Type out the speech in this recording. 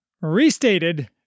Restated